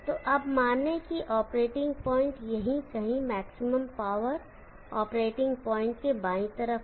तो अब माने कि ऑपरेटिंग पॉइंट यही कहीं मैक्सिमम पावर ऑपरेटिंग पॉइंट के बाईं तरफ है